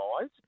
guys